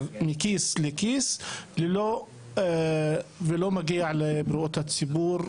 מכיס לכיס ולא מגיע לבריאות הציבור?